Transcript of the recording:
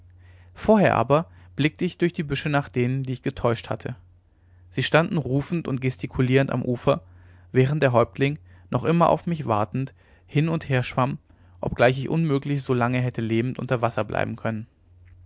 vorher aber blickte ich durch die büsche nach denen die ich getäuscht hatte sie standen rufend und gestikulierend am ufer während der häuptling noch immer auf mich wartend hin und her schwamm obgleich ich unmöglich so lange hätte lebend unter wasser bleiben können